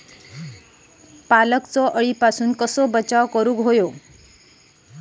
पालकचा अळीपासून बचाव कसा करावा?